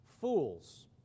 fools